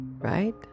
Right